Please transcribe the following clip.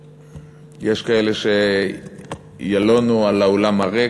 שיש כאלה שילונו על האולם הריק,